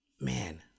Man